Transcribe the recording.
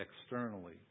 externally